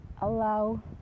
allow